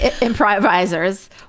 Improvisers